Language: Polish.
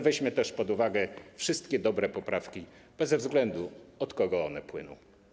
Weźmy też pod uwagę wszystkie dobre poprawki, bez względu na to, od kogo płyną.